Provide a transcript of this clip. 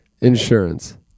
insurance